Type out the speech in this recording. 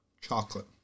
chocolate